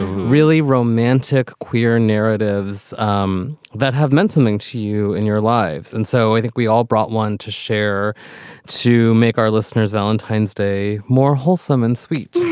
really romantic queer narratives um that have meant something to you in your lives. and so i think we all brought one to share to make our listeners valentine's day more wholesome and sweet.